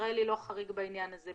ישראל לא חריגה בעניין הזה,